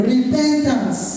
Repentance